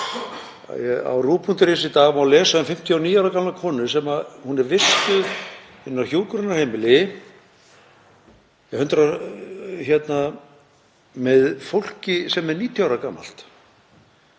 Á ruv.is í dag má lesa um 59 ára gamla konu sem er vistuð á hjúkrunarheimili með fólki sem er 90 ára gamalt.